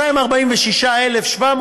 246,700,